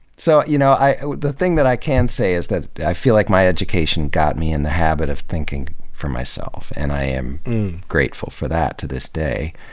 so you know the thing that i can say is that i feel like my education got me in the habit of thinking for myself, and i am grateful for that to this day.